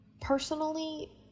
Personally